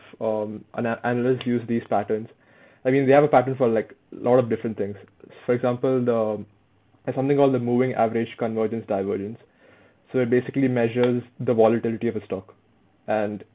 um ana~ analysts use these patterns I mean we have a pattern for like a lot of different things for example the there's something called the moving average convergence divergence so it basically measures the volatility of a stock and